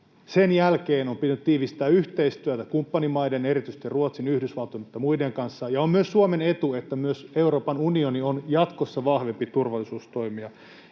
Sen jälkeen on pitänyt tiivistää yhteistyötä kumppanimaiden, erityisesti Ruotsin, Yhdysvaltojen mutta myös muiden kanssa, ja on myös Suomen etu, että myös Euroopan unioni on jatkossa vahvempi turvallisuustoimija.